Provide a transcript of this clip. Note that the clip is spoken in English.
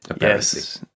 Yes